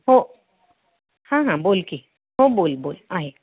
हो हां हां बोल की हो बोल बोल आहे